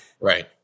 Right